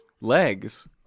Legs